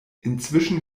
inzwischen